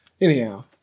Anyhow